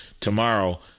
tomorrow